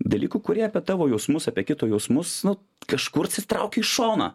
dalykų kurie apie tavo jausmus apie kito jausmus nu kažkur atsitraukia į šoną